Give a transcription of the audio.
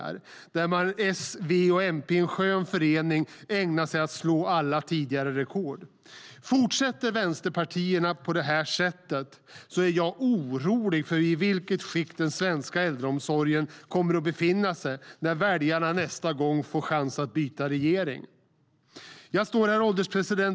S, V och MP har i skön förening ägnat sig åt att slå alla hittillsvarande rekord. Herr ålderspresident!